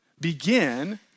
begin